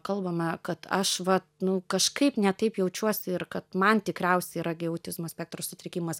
kalbama kad aš va nu kažkaip ne taip jaučiuosi ir kad man tikriausiai yra gi autizmo spektro sutrikimas